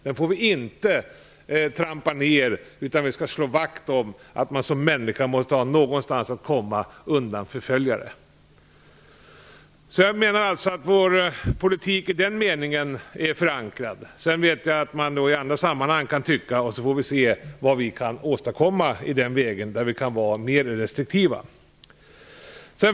Den får vi inte trampa ned, utan vi skall slå vakt om att man som människa måste ha någonstans att komma undan förföljare. Vår politik är i den meningen förankrad. Sedan vet jag att man i andra sammanhang kan ha synpunkter, och då får vi se vad vi kan åstadkomma i fråga om större restriktivitet.